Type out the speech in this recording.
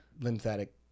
lymphatic